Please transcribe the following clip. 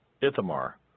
Ithamar